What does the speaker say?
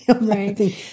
right